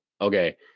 okay